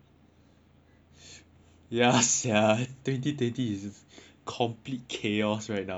ya sia twenty twenty is a complete chaos right now eh